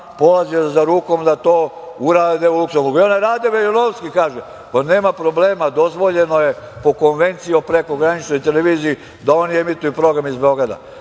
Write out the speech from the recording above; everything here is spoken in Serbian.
polazi za rukom da to urade u Luskemburgu. Onda Rade Veljanovski kaže – nema problema, dozvoljeno po Konvenciji o prekograničnoj televiziji da oni emituju program iz Beograda.